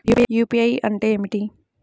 UPI అంటే ఏమిటీ?